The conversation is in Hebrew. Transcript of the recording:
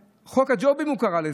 חוק הג'ובים, הוא קרא לזה.